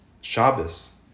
Shabbos